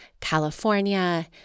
California